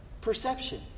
perception